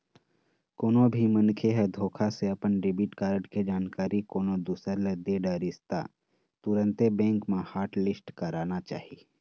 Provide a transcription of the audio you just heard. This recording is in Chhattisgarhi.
कोनो भी मनखे ह धोखा से अपन डेबिट कारड के जानकारी कोनो दूसर ल दे डरिस त तुरते बेंक म हॉटलिस्ट कराना चाही